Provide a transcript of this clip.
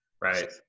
Right